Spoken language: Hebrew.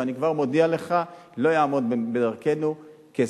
ואני כבר מודיע לך: לא יעמוד בדרכנו כסף.